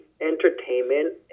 entertainment